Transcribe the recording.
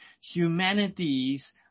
humanities